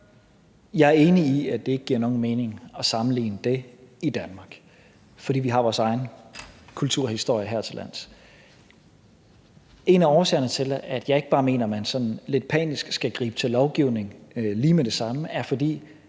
Jeg er enig i, at det ikke giver nogen mening at sammenligne det i Danmark, fordi vi har vores egen kulturhistorie hertillands. En af årsagerne til, at jeg ikke bare mener, at man sådan lidt panisk skal gribe til lovgivning lige med det samme, er